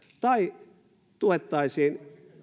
tai jolla tuettaisiin